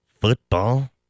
Football